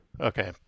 Okay